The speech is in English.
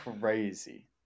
crazy